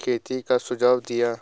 खेती का सुझाव दिया